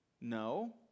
No